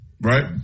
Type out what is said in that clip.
right